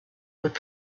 would